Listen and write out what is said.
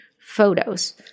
photos